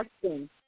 question